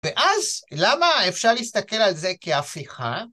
ואז למה אפשר להסתכל על זה כהפיכה?